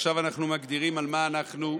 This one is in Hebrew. ועכשיו אנחנו מגדירים על מה אנחנו,